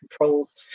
controls